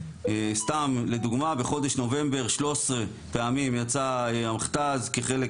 סתם לדוגמה בחודש נובמבר 13 פעמים יצא המכת"ז כחלק